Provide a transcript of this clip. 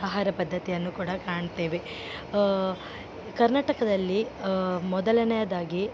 ಆಹಾರ ಪದ್ದತಿಯನ್ನು ಕೂಡ ಕಾಣ್ತೇವೆ ಕರ್ನಾಟಕದಲ್ಲಿ ಮೊದಲನೇಯದಾಗಿ